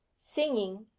singing